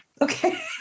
okay